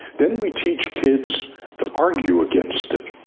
then we teach kids to argue against it,